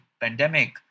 pandemic